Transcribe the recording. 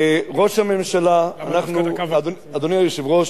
אדוני היושב-ראש,